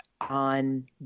on